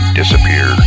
disappear